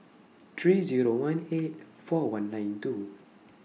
three Zero one eight four one nine two